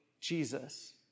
Jesus